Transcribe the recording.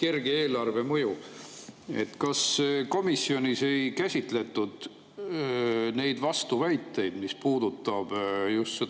kerge eelarvemõju. Kas komisjonis ei käsitletud neid vastuväiteid, mis puudutavad just